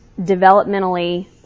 developmentally